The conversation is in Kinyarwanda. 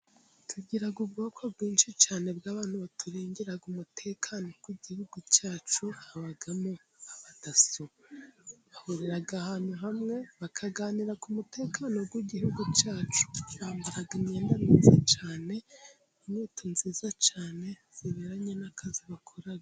Tugira ubwoko bwinshi cyane bw'abantu baturindira umutekano ku gihugu cyacu，habamo Daso，bahurira ahantu hamwe， bakaganira ku mutekano w'igihugu cyacu，bambara imyenda myiza cyane， n’inkweto nziza cyane zijyanye n'akazi bakora.